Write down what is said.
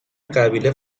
قبیله